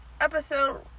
episode